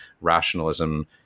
rationalism